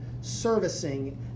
servicing